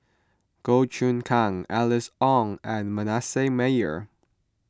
Goh Choon Kang Alice Ong and Manasseh Meyer